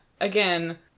Again